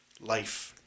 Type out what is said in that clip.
life